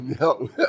no